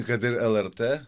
kad ir lrt